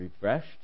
refreshed